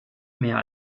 mehr